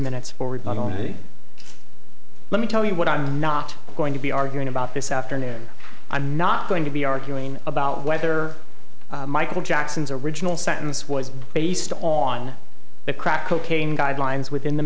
minutes for would not only let me tell you what i'm not going to be arguing about this afternoon i'm not going to be arguing about whether michael jackson's original sentence was based on the crack cocaine guidelines within the